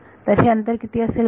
तर हे अंतर किती असेल बरे